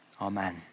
Amen